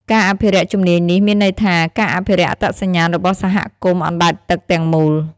ការអភិរក្សជំនាញនេះមានន័យថាការអភិរក្សអត្តសញ្ញាណរបស់សហគមន៍អណ្តែតទឹកទាំងមូល។